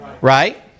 Right